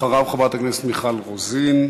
אחריו, חברי הכנסת מיכל רוזין,